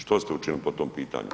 Što ste učinili po tom pitanju?